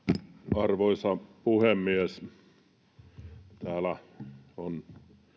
arvoisa puhemies täällä on